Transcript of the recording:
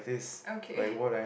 okay